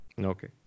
Okay